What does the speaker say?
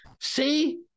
see